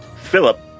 Philip